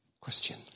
Question